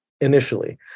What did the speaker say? initially